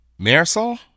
Marisol